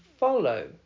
Follow